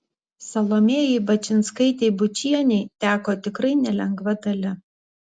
salomėjai bačinskaitei bučienei teko tikrai nelengva dalia